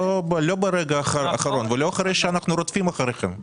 לא ברגע האחרון ולא אחרי שאנחנו רודפים אחריכם.